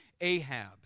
Ahab